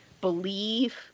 believe